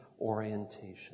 orientation